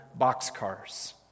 boxcars